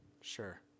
Sure